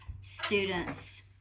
students